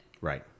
right